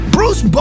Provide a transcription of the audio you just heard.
Bruce